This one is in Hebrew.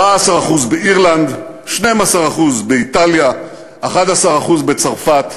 14% באירלנד, 12% באיטליה, 11% בצרפת.